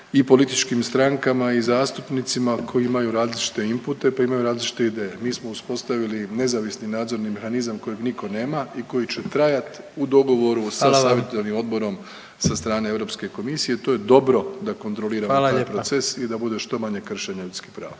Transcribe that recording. i političkim strankama i zastupnicima koji imaju različite inpute, pa imaju različite ideje. Mi smo uspostavili nezavisni nadzorni mehanizam kojeg nitko nema i koji će trajat u dogovoru…/Upadica predsjednik: Hvala vam/…sa savjetodavnim odborom sa strane Europske komisije. To je dobro da kontrolira …/Upadica predsjednik: Hvala vam/…taj proces i da bude što manje kršenja ljudskih prava.